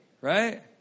Right